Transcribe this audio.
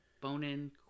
bone-in